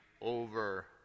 over